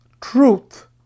truth